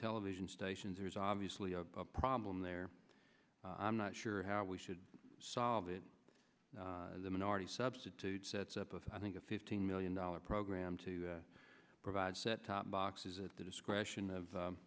television stations there is obviously a problem there i'm not sure how we should solve it the minority substitute sets up with i think a fifteen million dollars program to provide set top boxes at the discretion of